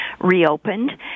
reopened